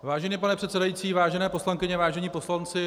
Vážený pane předsedající, vážené poslankyně, vážení poslanci.